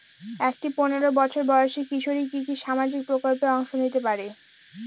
একটি পোনেরো বছর বয়সি কিশোরী কি কি সামাজিক প্রকল্পে অংশ নিতে পারে?